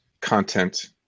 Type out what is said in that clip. content